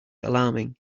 alarming